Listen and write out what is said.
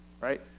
right